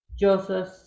Joseph